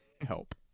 help